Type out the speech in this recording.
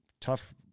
tough